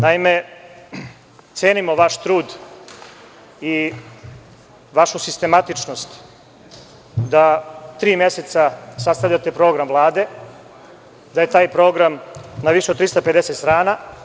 Naime, cenimo vaš trud i vašu sistematičnost da tri meseca sastavljate program Vlade, da je taj program na više od 350 strana.